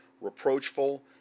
reproachful